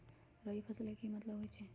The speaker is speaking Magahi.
रबी फसल के की मतलब होई छई?